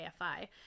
AFI